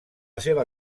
seva